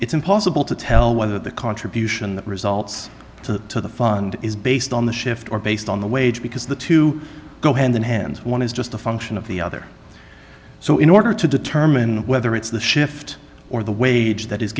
it's impossible to tell whether the contribution that results to the fund is based on the shift or based on the wage because the two go hand in hand one is just a function of the other so in order to determine whether it's the shift or the wage that is